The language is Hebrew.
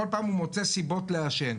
כל פעם מוצאים סיבות לעשן.